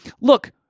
look